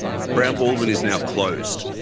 brown baldwin is now closed,